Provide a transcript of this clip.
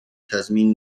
تضمین